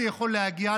זה יכול להגיע,